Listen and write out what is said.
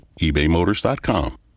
ebaymotors.com